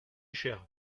cher